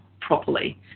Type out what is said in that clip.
properly